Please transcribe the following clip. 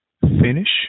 finish